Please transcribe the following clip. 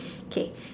K